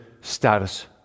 status